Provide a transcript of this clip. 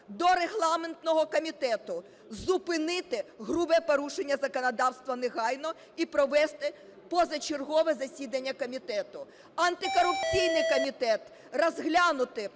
до регламентного комітету: зупинити грубе порушення законодавства негайно і провести позачергове засідання комітету. Антикорупційний комітет: розглянути